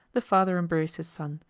the father embraced his son,